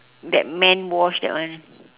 that man wash that one